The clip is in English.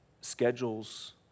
schedules